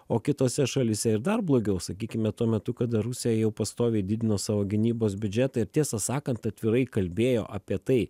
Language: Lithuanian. o kitose šalyse ir dar blogiau sakykime tuo metu kada rusija jau pastoviai didino savo gynybos biudžetą ir tiesą sakant atvirai kalbėjo apie tai